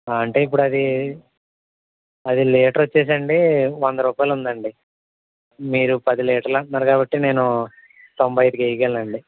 అంటే ఇప్పుడు అది అది లీటర్ వచ్చి అండి వంద రూపాయలు ఉంది అండి మీరు పది లీటర్లు అంటున్నారు కాబట్టి నేను తొంభై ఐదుకి వేయగలను అండి